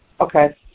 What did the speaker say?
Okay